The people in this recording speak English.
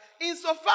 insofar